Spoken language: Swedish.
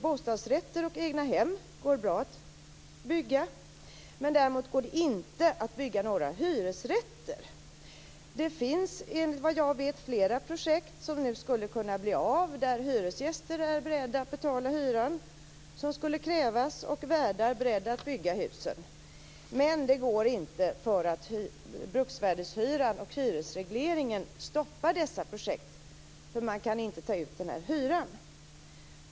Bostadsrätter och egnahem går bra att bygga. Däremot går det inte att bygga några hyresrätter. Det finns enligt vad jag vet flera projekt som skulle kunna bli av där hyresgäster är beredda att betala hyran som skulle krävas och värdar är beredda att bygga husen. Men det går inte. Bruksvärdeshyran och hyresregleringen stoppar dessa projekt, eftersom man inte kan ta ut hyran.